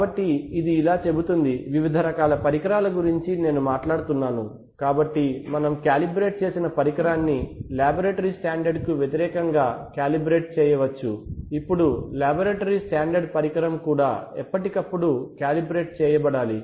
కాబట్టి ఇది ఇలా చెబుతోంది వివిధ రకాల పరికరాల గురించి నేను మాట్లాడుతున్నాను కాబట్టి మనం కాలిబ్రేట్ చేసిన పరికరాన్ని లాబరేటరీ స్టాండర్డ్ కు వ్యతిరేకంగా కాలిబ్రేట్ చేయవచ్చు ఇప్పుడు లాబరేటరీ స్టాండర్డ్ పరికరం కూడా ఎప్పటికప్పుడు కాలిబ్రేట్ చేయ బడాలి